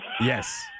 Yes